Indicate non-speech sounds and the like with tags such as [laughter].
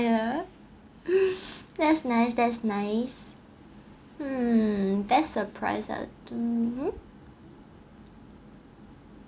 ya [breath] that's nice that's nice mm best surprise ah do~ !huh!